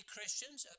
Christians